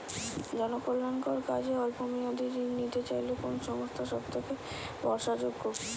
জনকল্যাণকর কাজে অল্প মেয়াদী ঋণ নিতে চাইলে কোন সংস্থা সবথেকে ভরসাযোগ্য?